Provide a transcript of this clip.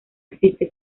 existe